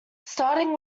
starting